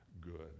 good